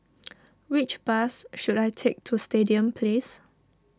which bus should I take to Stadium Place